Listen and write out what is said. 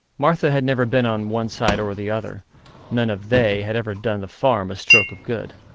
martha had never been on one side or the other none of they had ever done the farm a stroke of good.